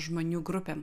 žmonių grupėm